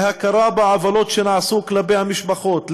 להכרה בעוולות שנעשו כלפי המשפחות,